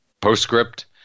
postscript